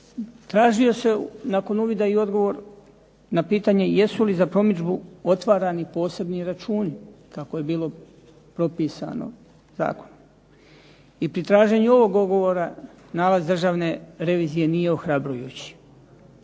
Tražio se nakon uvida i odgovor na pitanje jesu li za promidžbu otvarani posebni računa kako je bilo propisano zakonom i pri traženju ovog odgovora nalaz Državne revizije nije ohrabrujući.